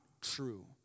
true